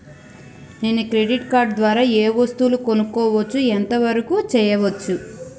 నేను credit card ద్వారా ఏం వస్తువులు కొనుక్కోవచ్చు ఎంత వరకు చేయవచ్చు?